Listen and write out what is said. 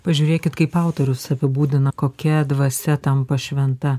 pažiūrėkit kaip autorius apibūdina kokia dvasia tampa šventa